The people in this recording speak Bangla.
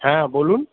হ্যাঁ বলুন